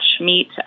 meat